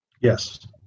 Yes